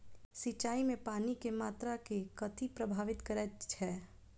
सिंचाई मे पानि केँ मात्रा केँ कथी प्रभावित करैत छै?